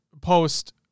post